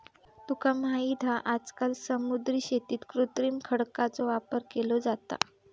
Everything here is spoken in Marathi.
तुका माहित हा आजकाल समुद्री शेतीत कृत्रिम खडकांचो वापर केलो जाता